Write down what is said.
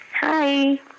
Hi